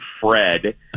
Fred